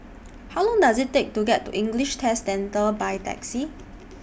How Long Does IT Take to get to English Test Centre By Taxi